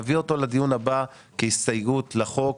נביא אותו לדיון הבא כהסתייגות לחוק,